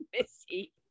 Missy